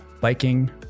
biking